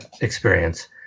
experience